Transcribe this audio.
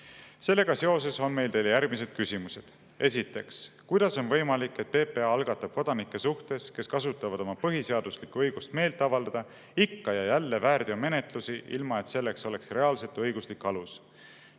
Sellega seoses on meil teile järgmised küsimused. Esiteks, kuidas on võimalik, et PPA algatab kodanike suhtes, kes kasutavad oma põhiseaduslikku õigust meelt avaldada, ikka ja jälle väärteomenetlusi, ilma et selleks oleks reaalselt õiguslik alus?